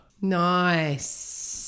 Nice